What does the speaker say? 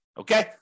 Okay